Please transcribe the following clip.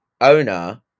owner